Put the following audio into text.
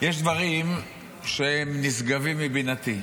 יש דברים שנשגבים מבינתי.